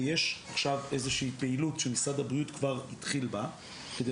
ויש עכשיו איזושהי פעילות שמשרד הבריאות כבר התחיל בה כדי